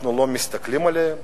אנחנו לא מסתכלים עליהם?